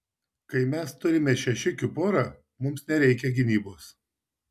kai mes turime šešiukių porą mums nereikia gynybos